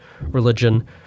religion